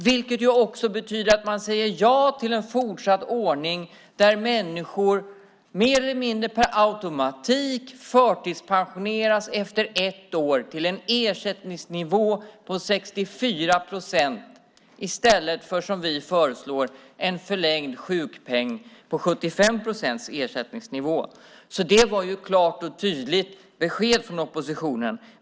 Det betyder också att man säger ja till en fortsatt ordning där människor, mer eller mindre per automatik, förtidspensioneras efter ett år med en ersättningsnivå på 64 procent i stället för att, som vi föreslår, få en förlängd sjukpeng med en ersättningsnivå på 75 procent. Det var ett klart och tydligt besked från oppositionen.